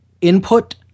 input